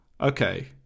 Okay